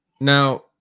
Now